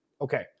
okay